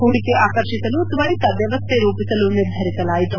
ಹೂಡಿಕೆ ಆಕರ್ಷಿಸಲು ತ್ವರಿತ ವ್ಯವಸ್ಥೆ ರೂಪಿಸಲು ನಿರ್ಧರಿಸಲಾಯಿತು